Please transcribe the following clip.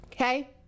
Okay